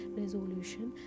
resolution